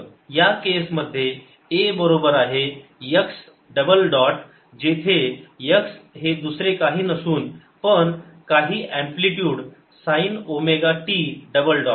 या केस मध्ये a बरोबर आहे x डबल डॉट जेथे x दुसरे काही नसून पण काही amplitude sine omega t double dot